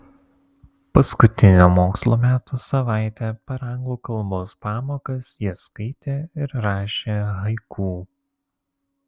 paskutinę mokslo metų savaitę per anglų kalbos pamokas jie skaitė ir rašė haiku